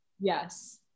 yes